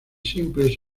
simples